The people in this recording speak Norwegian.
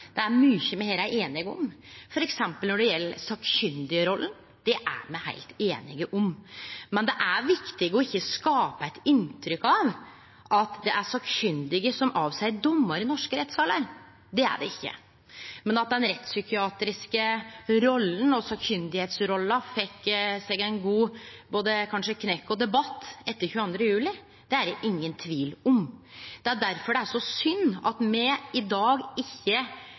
Det er mykje me her er einige om, f.eks. når det gjeld sakkyndigrolla. Det er me heilt einige om. Men det er viktig ikkje å skape eit inntrykk av at det er sakkyndige som avseier dommar i norske rettssalar. Det er det ikkje. Men at den rettspsykiatriske rolla og sakkyndigrolla fekk seg ein god knekk og debatt etter 22. juli, er det ingen tvil om. Det er difor det er så synd at me i dag ikkje